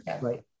Right